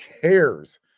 cares